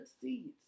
seeds